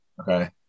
okay